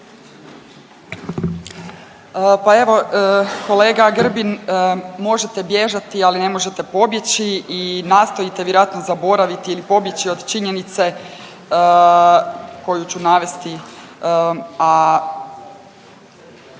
Pa evo kolega Grbin možete bježati, ali ne možete pobjeći i nastojite vjerojatno zaboraviti ili pobjeći od činjenice koju ću navesti, a